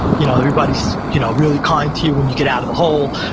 you know everybody's you know really kind to you when you get out of the hole,